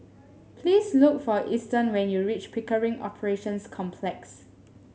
please look for Easton when you reach Pickering Operations Complex